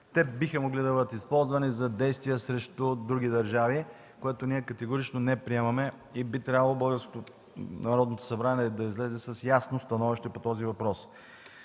Те биха могли да бъдат използвани за действия срещу други държави, което ние категорично не приемаме, и би трябвало Народното събрание да излезе с ясно становище по този въпрос.